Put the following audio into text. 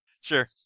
Sure